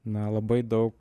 na labai daug